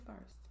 first